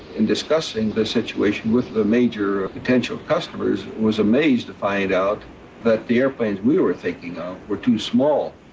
in discussing the situation with the major potential customers was amazed to find out that the aeroplanes we were thinking of were too small,